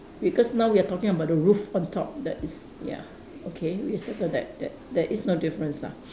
because now we are talking about the roof on top that is ya okay we settle that that there is no difference lah